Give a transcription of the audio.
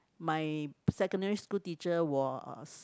my secondary school teacher was